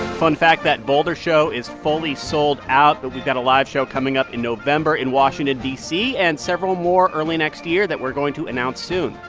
fun fact that boulder show is fully sold out. but we've got a live show coming up in november in washington, d c, and several more early next year that we're going to announce soon.